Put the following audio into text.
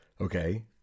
Okay